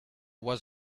was